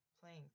playing